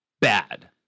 bad